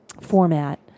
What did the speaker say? format